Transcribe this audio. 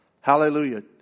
Hallelujah